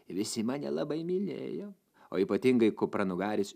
visi mane labai mylėjo o ypatingai kupranugaris